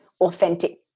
authentic